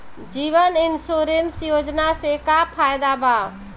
जीवन insurance योजना से का फायदा बा?